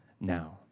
now